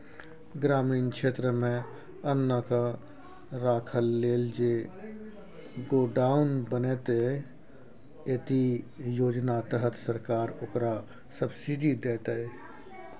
ग्रामीण क्षेत्रमे अन्नकेँ राखय लेल जे गोडाउन बनेतै एहि योजना तहत सरकार ओकरा सब्सिडी दैतै